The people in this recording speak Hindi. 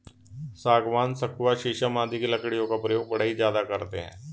सागवान, सखुआ शीशम आदि की लकड़ियों का प्रयोग बढ़ई ज्यादा करते हैं